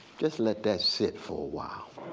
just let that sit for a while,